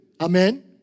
Amen